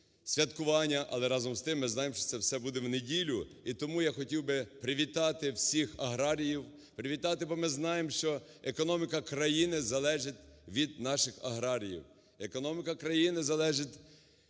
але разом з тим, ми знаємо, що це все буде в неділю. І тому я хотів би привітати всіх аграріїв, привітати, бо ми знаємо, що економіка країни залежить від наших аграріїв,